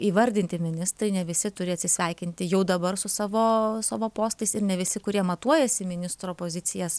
įvardinti ministrai ne visi turi atsisveikinti jau dabar su savo savo postais ir ne visi kurie matuojasi ministro pozicijas